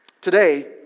Today